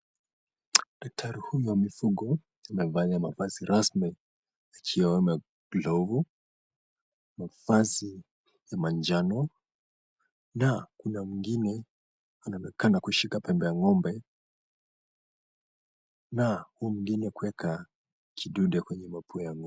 Daktari huyu wa mifugo amevalia mavazi rasmi ikiwemo glovu, mavazi ya manjano na kuna mwingine anaonekana kushika pembe ya ng'ombe, na huyu mwingine kuweka kidude kwenye mapua ya ng'ombe.